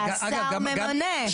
שהשר ממנה.